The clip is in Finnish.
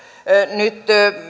nyt